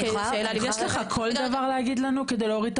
יש לך כל דבר להגיד לנו כדי להוריד את